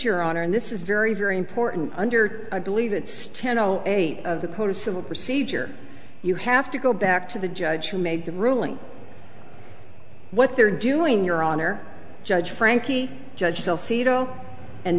your honor and this is very very important under i believe it's ten zero eight of the code of civil procedure you have to go back to the judge who made the ruling what they're doing your honor judge frankie judge still